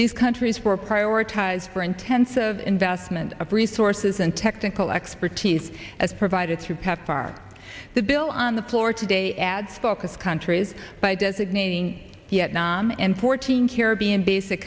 these countries were prioritized for intensive investment of resources and technical expertise as provided through pepfar the bill on the floor today adds focus countries by designating vietnam and fourteen caribbean basic